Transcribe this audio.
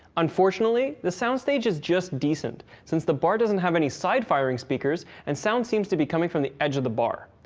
unfortunately, the soundstage is just decent, since the bar doesn't have any side-firing speakers and sound seems to be coming from the edge of the bar.